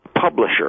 publisher